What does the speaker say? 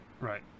Right